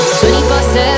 24-7